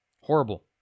Horrible